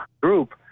group